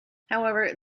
however